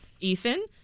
Ethan